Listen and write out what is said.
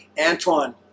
Antoine